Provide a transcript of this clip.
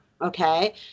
Okay